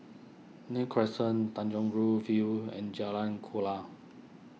Nim Crescent Tanjong Rhu View and Jalan Kuala